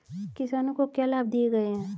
किसानों को क्या लाभ दिए गए हैं?